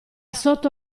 sotto